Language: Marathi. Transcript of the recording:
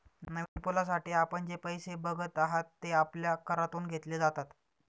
नवीन पुलासाठी आपण जे पैसे बघत आहात, ते आपल्या करातून घेतले जातात